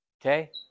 Okay